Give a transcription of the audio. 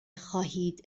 خواهید